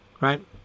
right